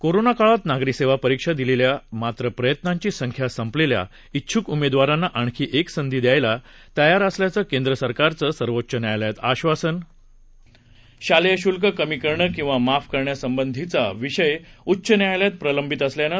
कोरोनाकाळातनागरीसेवापरीक्षादिलेल्यामात्रप्रयत्नांचीसंख्यासंपलेल्या उछूकउमेदवारांनाआणखीएकसंधीद्यायलातयारअसल्याचंकेंद्रसरकारचंसर्वोच्चन्यायालयातआश्वासन शालेयशुल्ककमीकरणंकिंवामाफकरण्यासंबंधीचाविषयउच्चन्यायालयातप्रलंबितअसल्यानं